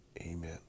amen